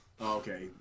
okay